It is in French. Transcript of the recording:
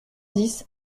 dix